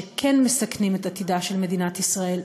שכן מסכנים את עתידה של מדינת ישראל,